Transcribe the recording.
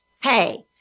Hey